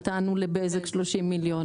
נתנו לבזק 30 מיליון,